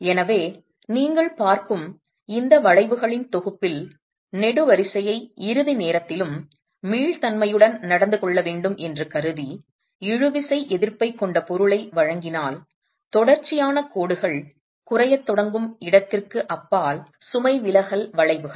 எனவே நீங்கள் பார்க்கும் இந்த வளைவுகளின் தொகுப்பில் நெடுவரிசையை இறுதி நேரத்திலும் மீள்தன்மையுடன் நடந்து கொள்ள வேண்டும் என்று கருதி இழுவிசை எதிர்ப்பைக் கொண்ட பொருளை வழங்கினால் தொடர்ச்சியான கோடுகள் குறையத் தொடங்கும் இடத்திற்கு அப்பால் சுமை விலகல் வளைவுகள்